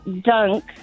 dunk